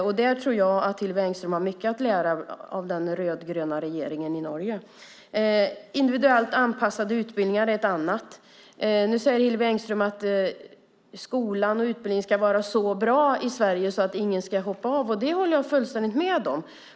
Jag tror att Hillevi Engström har mycket att lära av den rödgröna regeringen i Norge. Individuellt anpassade utbildningar är ett annat förslag. Nu säger Hillevi Engström att skolan och utbildningen i Sverige ska vara så bra att ingen hoppar av. Det håller jag fullständigt med om.